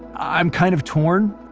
i'm kind of torn,